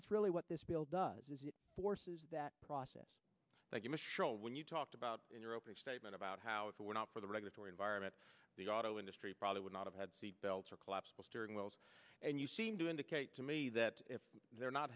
that's really what this bill does is it forces that process thank you michel when you talked about in your opening statement about how if we were not for the regulatory environment the auto industry probably would not have had seatbelts or collapsible steering wheels and you seem to indicate to me that if they're not